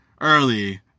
early